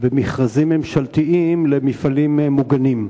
במכרזים ממשלתיים למפעלים מוגנים.